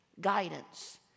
guidance